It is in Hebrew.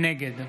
נגד